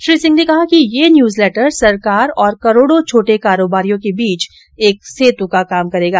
श्री सिंह ने कहा कि यह न्यूजलेटर सरकार और करोड़ो छोटे कारोबारियों के बीच एक सेतु का काम करेगा